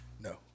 No